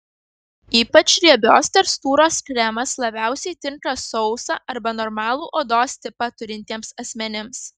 ypač riebios tekstūros kremas labiausiai tinka sausą arba normalų odos tipą turintiems asmenims